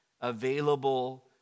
available